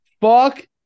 fuck